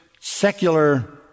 secular